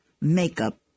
makeup